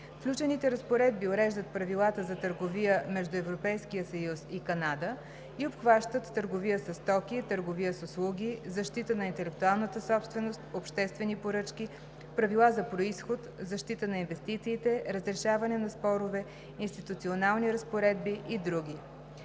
Включените разпоредби уреждат правилата за търговия между Европейския съюз и Канада и обхващат търговия със стоки, търговия с услуги, защита на интелектуалната собственост, обществени поръчки, правила за произход, защита на инвестициите, разрешаване на спорове, институционални разпоредби и други.